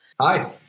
Hi